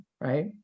right